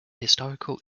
historical